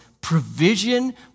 provision